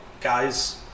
guys